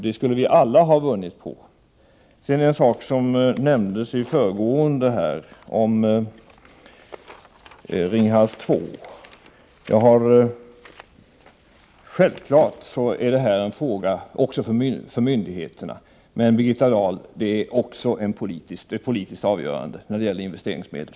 Det skulle vi alla ha vunnit på. Sedan en fråga som nämnts här i förbigående. Det gäller Ringhals 2. Självfallet är det här en fråga för myndigheterna. Men, Birgitta Dahl, det är också ett politiskt avgörande när det gäller investeringsmedel.